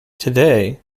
today